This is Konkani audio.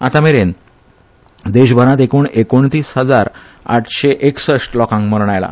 आतामेरेन देशभरांत एकूण एकोणतीस हजार आठशे एकसश्ट लोकांक मरण आयला